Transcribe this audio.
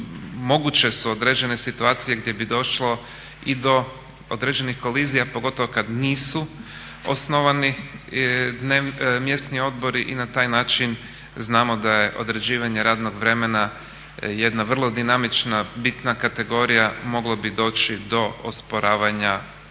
moguće su određene situacije gdje bi došlo i do određenih kolizija pogotovo kada nisu osnovani mjesni odbori i na taj način znamo da je određivanje radnog vremena jedna vrlo dinamična bitna kategorija, moglo bi doći do osporavanja i do